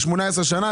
ל-18 שנה,